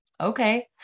okay